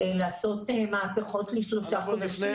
לעשות מהפכות לשלושה חודשים.